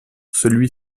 celui